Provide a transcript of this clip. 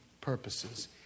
purposes